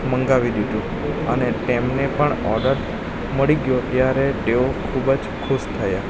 મંગાવી દીધું અને તેમને પણ ઓર્ડર મળી ગયો ત્યારે તેઓ ખૂબ જ ખુશ થયા